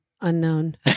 unknown